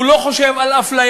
הוא לא חושב על אפליה.